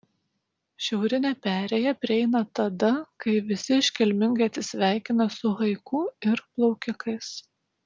šiaurinę perėją prieina tada kai visi iškilmingai atsisveikina su haiku ir plaukikais